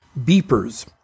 Beepers